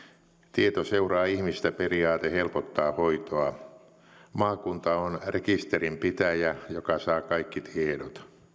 tieto seuraa ihmistä periaate helpottaa hoitoa maakunta on rekisterinpitäjä joka saa kaikki tiedot